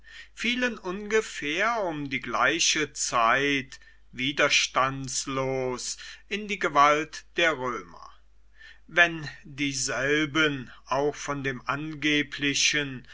fielen ungefähr um die gleiche zeit widerstandslos in die gewalt der römer wenn dieselben auch von dem angeblichen